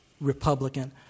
Republican